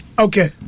Okay